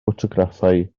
ffotograffau